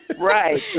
Right